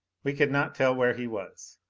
we could not tell where he was.